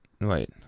wait